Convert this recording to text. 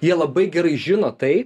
jie labai gerai žino tai